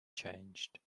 changed